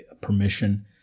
permission